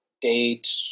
date